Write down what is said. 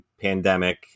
pandemic